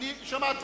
אני שמעתי.